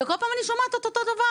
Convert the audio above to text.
ובכל פעם אני שומעת את אותו דבר.